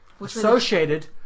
associated